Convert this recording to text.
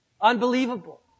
Unbelievable